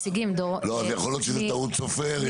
לא, יכול להיות שזה טעות סופר.